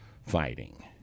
fighting